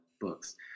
books